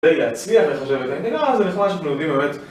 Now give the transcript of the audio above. רגע, אני אצליח לחשב את זה...זה נחמד שאתם לומדים באמת